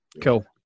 Cool